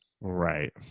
Right